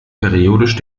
periodisch